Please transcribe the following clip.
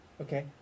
Okay